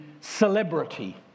celebrity